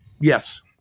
Yes